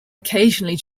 occasionally